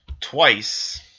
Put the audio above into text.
twice